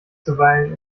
zuweilen